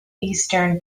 eastern